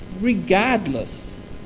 regardless